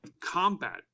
combat